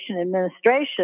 Administration